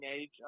age